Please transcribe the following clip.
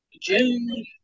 June